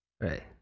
Right